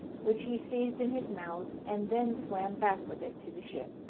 which he seized in his mouth, and then swam back with it to the ship.